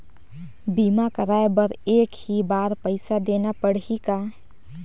बीमा कराय बर एक ही बार पईसा देना पड़ही का?